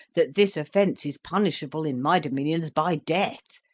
that this offence is punishable in my dominions by death.